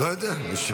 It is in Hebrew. אני לא יודע, אני שואל.